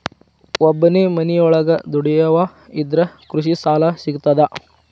ಒಬ್ಬನೇ ಮನಿಯೊಳಗ ದುಡಿಯುವಾ ಇದ್ರ ಕೃಷಿ ಸಾಲಾ ಸಿಗ್ತದಾ?